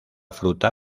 fruta